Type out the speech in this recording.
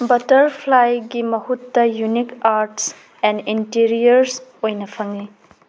ꯕꯠꯇꯔꯐ꯭ꯂꯥꯏꯒꯤ ꯃꯍꯨꯠꯇ unique arts and interiors ꯑꯣꯏꯅ ꯐꯪꯉꯦ